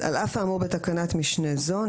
על אף האמור בתקנת משנה זו,